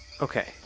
Okay